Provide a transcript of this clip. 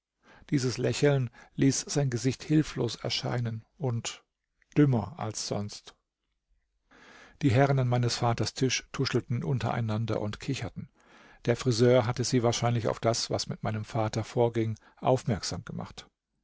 dieses lächeln ließ sein gesicht hilflos erscheinen und dümmer als sonst die herren an meines vaters tisch tuschelten untereinander und kicherten der friseur hatte sie wahrscheinlich auf das was mit meinem vater vorging aufmerksam gemacht